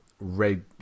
red